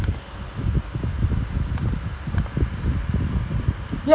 like transcribing and if it's hard the will ditch if it's easy then we continue something like that lah